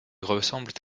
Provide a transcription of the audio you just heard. ressemblent